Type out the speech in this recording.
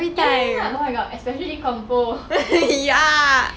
ya ya ya oh my god especially compo